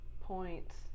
points